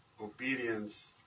obedience